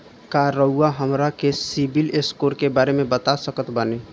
का रउआ हमरा के सिबिल स्कोर के बारे में बता सकत बानी?